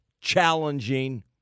challenging